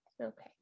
okay